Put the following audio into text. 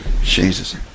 Jesus